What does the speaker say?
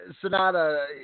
Sonata